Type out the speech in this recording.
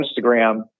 Instagram